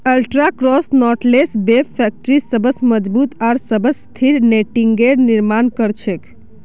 ultra cross knotless web factory सबस मजबूत आर सबस स्थिर नेटिंगेर निर्माण कर छेक